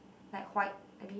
like white a bit